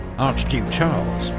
archduke charles,